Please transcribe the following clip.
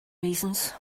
reasons